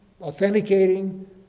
authenticating